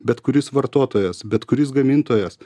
bet kuris vartotojas bet kuris gamintojas